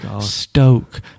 Stoke